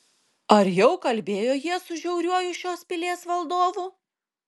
ar jau kalbėjo jie su žiauriuoju šios pilies valdovu